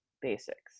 basics